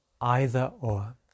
either-or